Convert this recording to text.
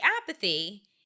apathy